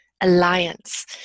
alliance